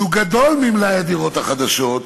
שהוא גדול יותר ממלאי הדירות החדשות,